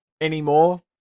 anymore